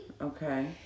Okay